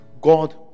god